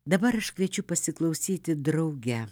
dabar aš kviečiu pasiklausyti drauge